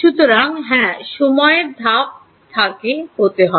সুতরাং হ্যাঁ সময় ধাপ থাকে হতে হবে